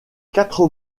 quatre